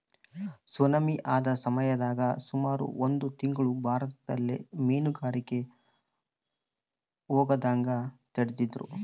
tsunami ಆದ ಸಮಯದಾಗ ಸುಮಾರು ಒಂದು ತಿಂಗ್ಳು ಭಾರತದಗೆಲ್ಲ ಮೀನುಗಾರಿಕೆಗೆ ಹೋಗದಂಗ ತಡೆದಿದ್ರು